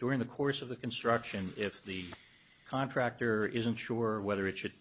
during the course of the construction if the contractor is unsure whether it should